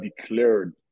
declared